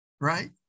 Right